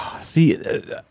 See